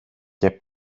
και